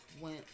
went